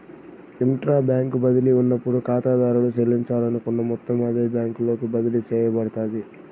intra bank బదిలీ ఉన్నప్పుడు కాతాదారుడు సెల్లించాలనుకున్న మొత్తం అదే బ్యాంకులోకి బదిలీ సేయబడతాది